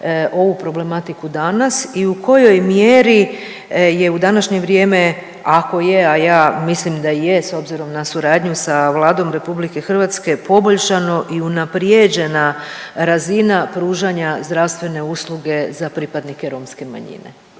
ovu problematiku danas i u kojoj mjeri je u današnje vrijeme, ako je, a ja mislim da je s obzirom na suradnju sa Vladom RH, poboljšano i unaprijeđena razina pružanja zdravstvene usluge za pripadnike romske manjine?